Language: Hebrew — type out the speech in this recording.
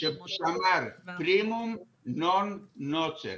שאמר 'פרימום נון נוקרה'